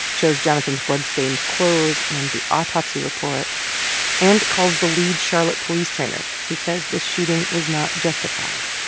shows jonathan's bloodstained clothes and the autopsy report and calls the lead charlotte police trainer, who says this shooting was not justified.